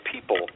people